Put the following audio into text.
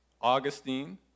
Augustine